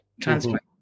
transport